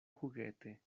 juguete